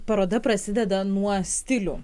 paroda prasideda nuo stilių